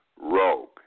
rogue